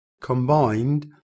combined